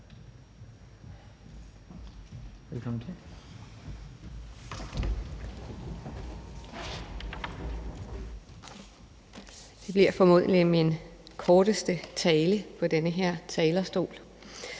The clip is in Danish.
Det bliver formodentlig min korteste tale fra denne talerstol.